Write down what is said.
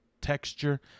texture